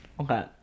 Okay